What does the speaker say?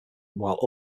while